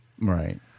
Right